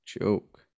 Joke